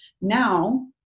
now